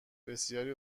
بسیاری